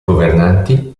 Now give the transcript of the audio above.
governanti